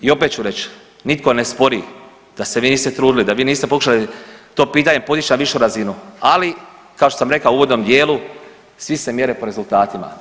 I opet ću reći, nitko ne spori da se vi niste trudili, da vi niste pokušali to pitanje podići na višu razinu, ali kao što sam rekao u uvodnom dijelu svi se mjere po rezultatima.